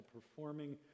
performing